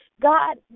God